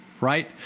Right